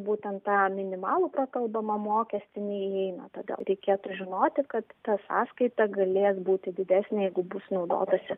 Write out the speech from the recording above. būtent į tą minimalų prakalbamą mokestį neįeina todėl reikėtų žinoti kad ta sąskaita galės būti didesnė jeigu bus naudotasi